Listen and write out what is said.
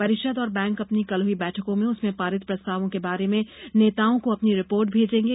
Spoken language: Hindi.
परिषद और बैंक अपनी कल हुई बैठकों और उसमें पारित प्रस्तावों के बारे में नेताओं को अपनी रिपोर्ट भेजेंगे